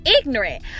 ignorant